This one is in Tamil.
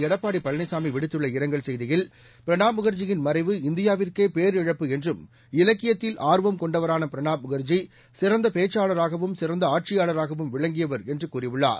எடப்பாடி பழனிசாமி விடுத்துள்ள இரங்கல் செய்தியில் பிரணாப் முகர்ஜியின் மறைவு இந்தியாவிற்கே பேரிழப்பு என்றும் இலக்கியத்தில் ஆர்வம் கொண்டவரான பிரணாப் முகர்ஜி சிறந்த பேச்சாளராகவும் சிறந்த ஆட்சியாளராகவும் விளங்கியவர் என்று கூறியுள்ளார்